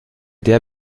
der